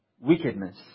Wickedness